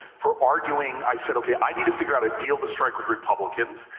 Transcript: for arguing. i said okay, i need to figure out a deal to strike with republicans,